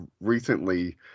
recently